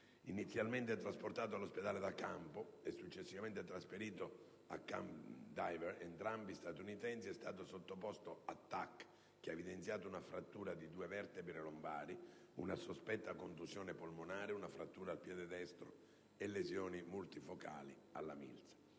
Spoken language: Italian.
Inizialmente trasportato all'ospedale da campo di Delaram e successivamente trasferito a quello di Camp Dwyer, entrambi statunitensi, è stato sottoposto a TAC, che ha evidenziato una frattura di due vertebre lombari, una sospetta contusione polmonare, una frattura al piede destro e lesioni multifocali alla milza.